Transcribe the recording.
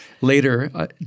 later